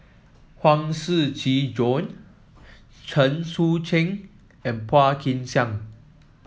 Huang Shiqi Joan Chen Sucheng and Phua Kin Siang